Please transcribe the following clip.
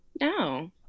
No